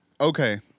okay